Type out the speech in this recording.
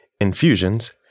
infusions